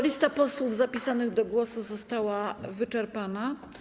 Lista posłów zapisanych do głosu została wyczerpana.